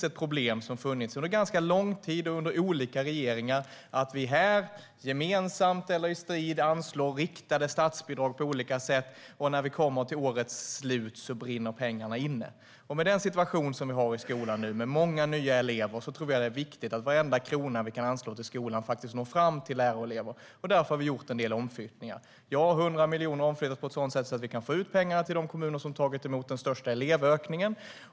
Ett problem som har funnits under ganska lång tid och under olika regeringar är att vi gemensamt här eller i strid anslår riktade statsbidrag på olika sätt men att pengarna brinner inne när vi kommer till årets slut. Med den situation som vi har i skolan nu, med många nya elever, är det viktigt att varenda krona vi kan anslå till skolan faktiskt når fram till lärare och elever. Därför har vi gjort en del omflyttningar. Ja, 100 miljoner har omflyttats på ett sådant sätt att vi kan få ut pengar till de kommuner som har tagit emot den största delen av elevökningen.